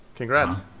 Congrats